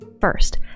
First